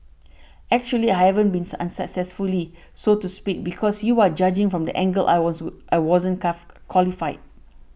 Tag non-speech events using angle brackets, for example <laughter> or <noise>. actually I haven't been unsuccessfully so to speak because you are judging from the angle I <unintelligible> I wasn't <unintelligible> qualified